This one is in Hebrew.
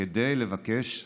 כדי לבקש שלום.